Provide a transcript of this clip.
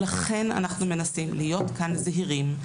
לכן אנחנו מנסים להיות כאן זהירים.